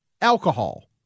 alcohol